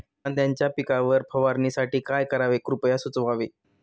कांद्यांच्या पिकावर फवारणीसाठी काय करावे कृपया सुचवावे